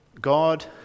God